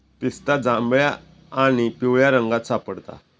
पिस्ता जांभळ्या आणि पिवळ्या रंगात सापडता